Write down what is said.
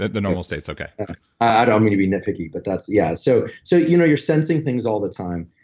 the normal states, okay i don't mean to be nitpicky, but that's. yeah. so, so you know, you're sensing things all the time.